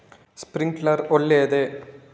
Sprinkler ಒಳ್ಳೇದೇ?